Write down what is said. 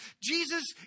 Jesus